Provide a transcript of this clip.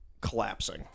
collapsing